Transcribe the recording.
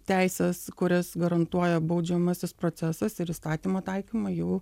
teises kurias garantuoja baudžiamasis procesas ir įstatymo taikymą jau